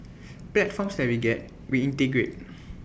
platforms that we get we integrate